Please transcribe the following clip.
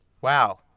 Wow